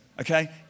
Okay